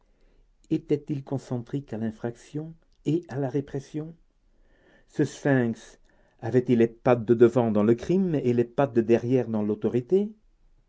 était-il concentrique à l'infraction et à la répression ce sphinx avait-il les pattes de devant dans le crime et les pattes de derrière dans l'autorité